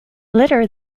litter